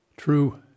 True